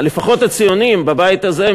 לפחות הציונים בבית הזה,